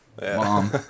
mom